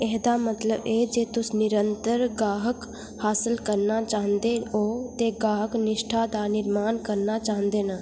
एह्दा मतलब ऐ जे तुस निरंतर गाह्क हासल करना चांह्दे ओ ते गाह्क निश्ठा दा निर्माण करना चांह्दे न